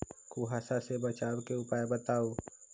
कुहासा से बचाव के उपाय बताऊ?